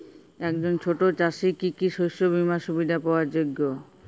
একজন ছোট চাষি কি কি শস্য বিমার সুবিধা পাওয়ার যোগ্য?